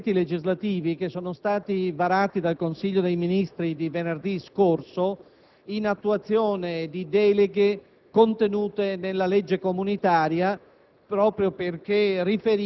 ad un complesso di decreti legislativi che sono stati varati dal Consiglio dei ministri di venerdì scorso, in attuazione di deleghe contenute nella legge comunitaria